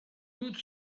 toute